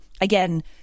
again